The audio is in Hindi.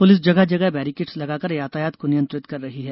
पुलिस जगह जगह बेरिकेट्स लगाकर यातायात को नियंत्रित कर रही है